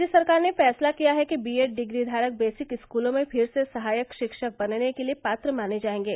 राज्य सरकार ने फैसला किया है कि बीएड डिग्रीधारक बेसिक स्कूलों में फिर से सहायक शिक्षक बनने के लिए पात्र माने जायेंगे